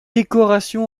décoration